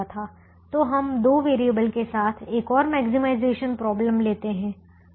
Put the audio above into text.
तो हम दो वेरिएबल के साथ एक और मैक्सिमाइजेशन प्रॉब्लम लेते हैं